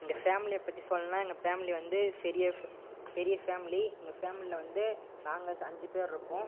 எங்கள் ஃபேமிலியை பற்றி சொல்லணும்னா எங்கள் ஃபேமிலி வந்து பெரிய பெரிய ஃபேமிலி எங்கள் ஃபேமிலியில் வந்து நாங்கள் அஞ்சு பேர் இருப்போம்